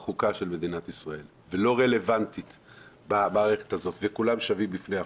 בחוקה של מדינת ישראל וכולם שווים בפני החוק,